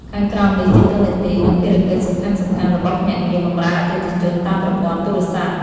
ខាងក្រោមនេះជាតួនាទី និងភារកិច្ចសំខាន់ៗរបស់ភ្នាក់ងារបម្រើអតិថិជនតាមប្រព័ន្ធទូរស័ព្ទ ៖